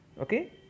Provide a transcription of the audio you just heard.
Okay